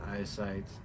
eyesight